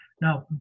Now